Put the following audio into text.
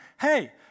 hey